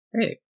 Hey